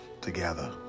together